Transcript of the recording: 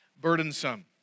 burdensome